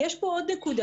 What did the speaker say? יש כאן עוד נקודה.